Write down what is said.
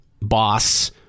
boss